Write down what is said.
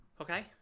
Okay